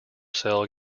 cell